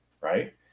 right